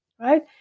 right